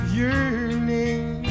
yearning